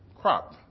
crop